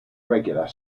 regular